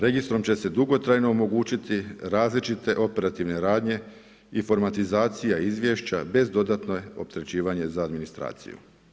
Registrom će se dugotrajno omogućiti različite operativne radnje i formatizacija izvješća bez dodatnog opterećivanja za administraciju.